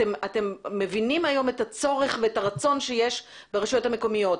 אתם מבינים היום את הצורך ואת הרצון שיש ברשויות המקומיות,